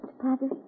Father